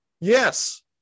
Yes